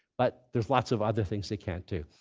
but there's lots of other things they can't do.